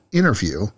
interview